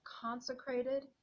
Consecrated